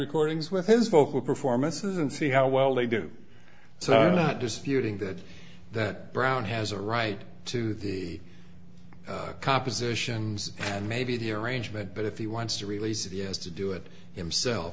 recordings d with his vocal performances and see how well they do so i'm not disputing that that brown has a right to the compositions and maybe the arrangement but if he wants to release of he has to do it himself